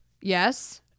Yes